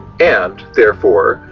and, therefore,